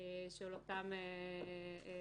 של אותם זוכים,